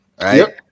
right